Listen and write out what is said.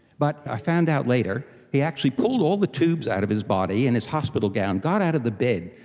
but i found out later he actually pulled all the tubes out of his body in his hospital gown, got out of the bed,